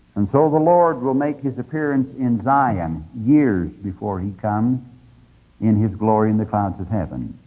and so the lord will make his appearance in zion years before he comes in his glory in the clouds of heaven.